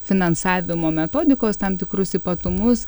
finansavimo metodikos tam tikrus ypatumus